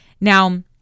Now